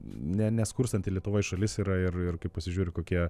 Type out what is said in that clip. ne neskurstanti lietuvoj šalis yra ir ir kai pasižiūri kokie